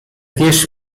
wierz